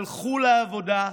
הלכו לעבודה,